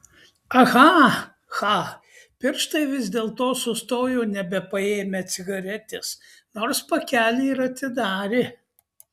aha cha pirštai vis dėlto sustojo nebepaėmę cigaretės nors pakelį ir atidarė